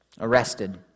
arrested